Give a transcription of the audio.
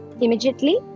immediately